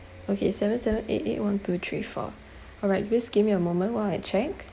okay seven seven eight eight one two three four all right please give me a moment while I check